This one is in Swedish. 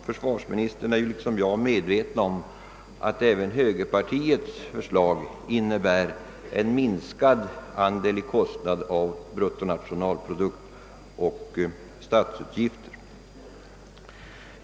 Försvarsministern är också liksom jag medveten om att även högerpartiets förslag innebär en minskad kostnadsandel i bruttonationalprodukten och i statens utgifter.